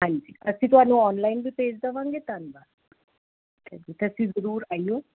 ਹਾਂਜੀ ਅਸੀਂ ਤੁਹਾਨੂੰ ਆਨਲਾਈਨ ਵੀ ਭੇਜ ਦੇਵਾਂਗੇ ਧੰਨਵਾਦ ਤੁਸੀਂ ਜ਼ਰੂਰ ਆਇਓ